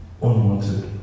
unwanted